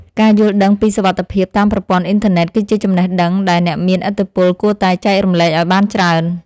ការយល់ដឹងពីសុវត្ថិភាពតាមប្រព័ន្ធអ៊ីនធឺណិតគឺជាចំណេះដឹងដែលអ្នកមានឥទ្ធិពលគួរតែចែករំលែកឱ្យបានច្រើន។